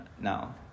now